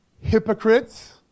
hypocrites